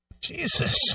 Jesus